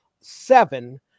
seven